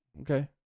okay